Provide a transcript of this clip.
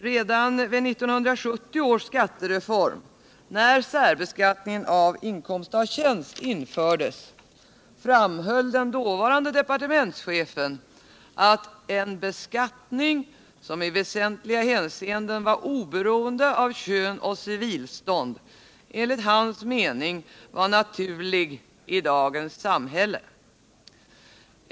Redan vid 1970 års skattereform, när särbehandlingen av inkomst av tjänst infördes, framhöll dåvarande departementschefen att en beskattning som i väsentliga hänseenden var oberoende av kön och civilstånd enligt hans mening var naturlig i dagens samhälle.